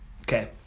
Okay